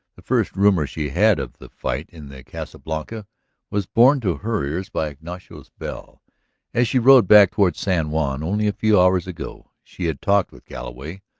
the first rumor she had of the fight in the casa blanca was borne to her ears by ignacio's bell as she rode back toward san juan. only a few hours ago she had talked with galloway,